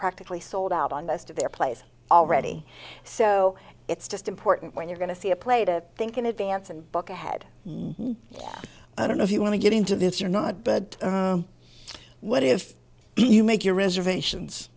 practically sold out on most of their place already so it's just important when you're going to see a play to think in advance and book ahead yeah i don't know if you want to get into this or not but what if you make your reservations